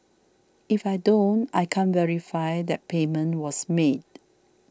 if I don't I can't verify that payment was made